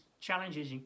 challenges